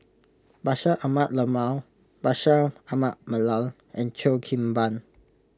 Bashir Ahmad Mallal Bashir Ahmad Mallal and Cheo Kim Ban